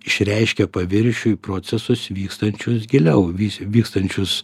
išreiškia paviršiuj procesus vykstančius giliau vis vykstančius